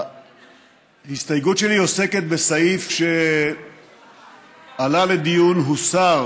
ההסתייגות שלי עוסקת בסעיף שעלה לדיון, הוסר